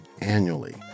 annually